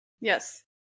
Yes